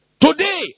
today